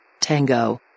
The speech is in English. Tango